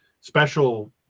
special